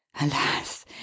alas